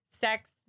sex